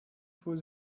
fuhr